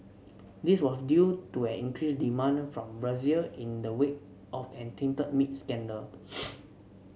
this was due to an increased demand from Brazil in the wake of a tainted meat scandal